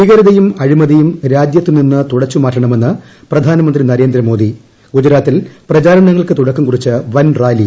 ഭീകരതയും അഴിമതിയും രാജ്യത്ത് നിന്ന് തുടച്ചു മാറ്റണമെന്ന് പ്രധാനമന്ത്രി നരേന്ദ്രമോദി ഗുജറാത്തിൽ പ്രചരണങ്ങൾക്ക് തുടക്കം കുറിച്ച് വൻ റാലി